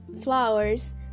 flowers